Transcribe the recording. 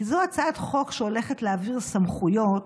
כי זו הצעת חוק שהולכת להעביר סמכויות